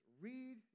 read